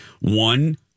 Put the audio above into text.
One